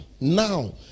now